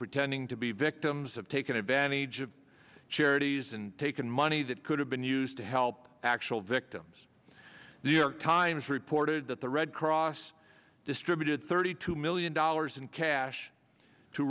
pretending to be victims have taken advantage of charities and taken money that could have been used to help actual victims the york times reported that the red cross distributed thirty two million dollars in cash to